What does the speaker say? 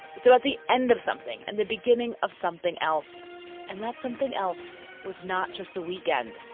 so at the end of something and the beginning of something else and that something else was not just the weekend.